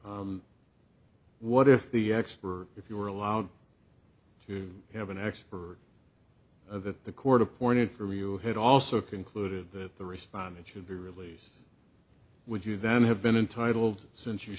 what if the expert if you were allowed to have an expert that the court appointed for you had also concluded that the respondent should be released would you then have been entitled since you